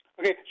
Okay